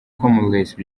comores